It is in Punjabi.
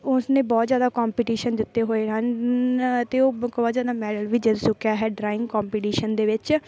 ਉਸ ਨੇ ਬਹੁਤ ਜ਼ਿਆਦਾ ਕੋਂਪੀਟੀਸ਼ਨ ਜਿੱਤੇ ਹੋਏ ਹਨ ਅਤੇ ਉਹ ਬਹੁਤ ਜ਼ਿਆਦਾ ਮੈਡਲ ਵੀ ਜਿੱਤ ਚੁੱਕਿਆ ਹੈ ਡਰਾਇੰਗ ਕੋਂਪੀਟੀਸ਼ਨ ਦੇ ਵਿੱਚ